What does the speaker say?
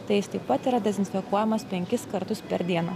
tai jis taip pat yra dezinfekuojamas penkis kartus per dieną